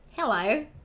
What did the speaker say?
Hello